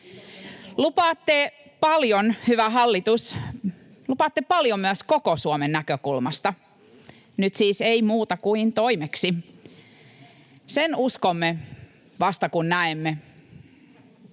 Lupaatte paljon myös koko Suomen näkökulmasta. Nyt siis ei muuta kuin toimeksi. Sen uskomme vasta kun näemme.